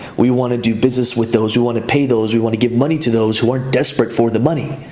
we wanna do business with those, we wanna pay those, we wanna give money to those who aren't desperate for the money,